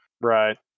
right